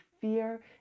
fear